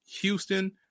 Houston